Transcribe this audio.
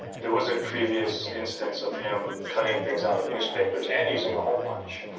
there was a previous instance of him cutting things out of newspapers and using a hole punch.